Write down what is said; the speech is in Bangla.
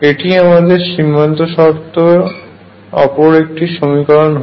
এটি আমাদের সীমান্ত শর্তের অপর একটি সমীকরন হয়